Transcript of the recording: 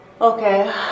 Okay